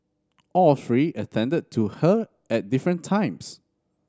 all three attended to her at different times